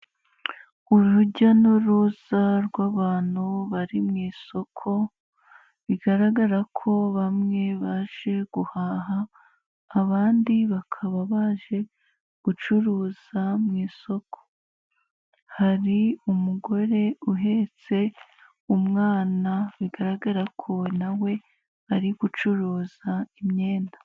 Urujya n'uruza rw'abantu bari mu isoko, bigaragara ko bamwe baje guhaha, abandi bakaba baje gucuruza mu isoko, hari umugore uhetse umwana, bigaragara ko nawe we ari gucuruza imyenda.